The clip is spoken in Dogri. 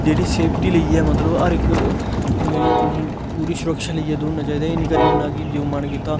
जेह्ड़ी सेफ्टी लेइयै मतलब हर इक जेह्ड़ी अपनी पूरी सुरक्षा लेइयै दौड़ना चाहिदा एह् निं करी ओड़ना कि जो मन कीता